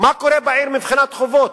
מה קורה בעיר מבחינת חובות.